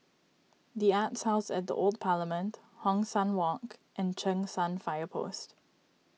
the Arts House at the Old Parliament Hong San Walk and Cheng San Fire Post